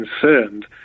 concerned